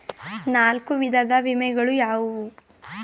ನಾಲ್ಕು ವಿಧದ ವಿಮೆಗಳು ಯಾವುವು?